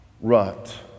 rut